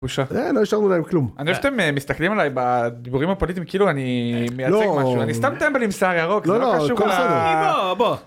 בושה. לא השארנו להם כלום. אני אוהב שאתם מסתכלים עליי בדיבורים הפוליטיים כאילו אני מייצג משהו אני סתם טמבל עם שיער ירוק.